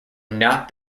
not